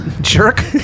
jerk